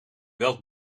welk